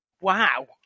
Wow